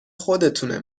خودتونه